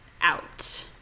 out